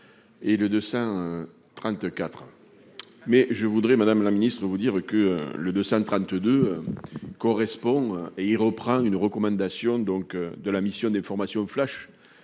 Saint-34 mais je voudrais, Madame la Ministre, vous dire que le 232 correspond et il reprend une recommandation donc de la mission d'information flash